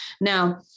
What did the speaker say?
Now